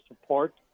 support